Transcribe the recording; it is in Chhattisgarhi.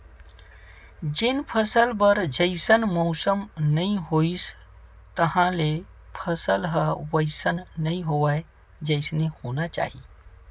जेन फसल बर जइसन मउसम नइ होइस तहाँले फसल ह वइसन नइ होवय जइसे होना चाही